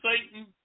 Satan